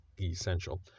essential